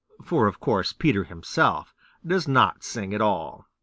for of course peter himself does not sing at all.